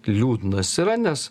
liūdnas yra nes